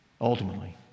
Ultimately